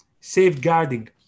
safeguarding